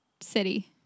city